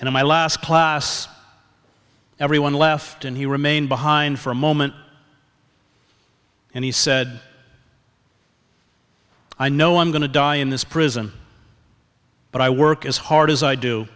in my last class everyone left and he remained behind for a moment and he said i know i'm going to die in this prison but i work as hard as i do